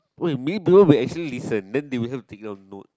what you mean bro we actually listen then they will have to get a note